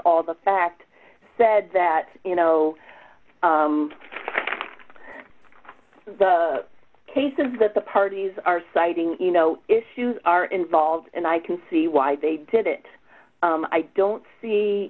all the facts said that you know the cases that the parties are citing you know issues are involved and i can see why they did it i don't see